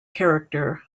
character